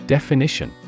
Definition